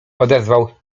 odezwał